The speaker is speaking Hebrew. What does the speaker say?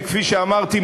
שכפי שאמרתי,